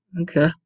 Okay